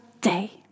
day